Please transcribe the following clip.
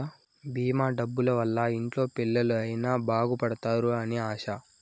భీమా డబ్బుల వల్ల ఇంట్లో పిల్లలు అయిన బాగుపడుతారు అని ఆశ